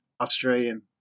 Australian